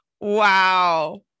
Wow